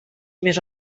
més